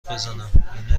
بزنماینا